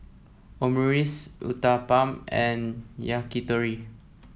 Omurice Uthapam and Yakitori